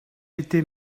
était